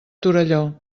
torelló